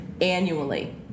annually